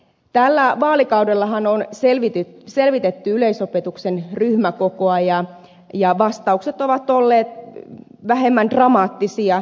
tällä vaalikaudellahan on selvitetty yleisopetuksen ryhmäkokoa ja vastaukset ovat olleet vähemmän dramaattisia